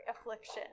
affliction